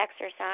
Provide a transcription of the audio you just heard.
exercise